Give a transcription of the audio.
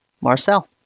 Marcel